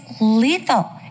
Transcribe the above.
lethal